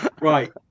Right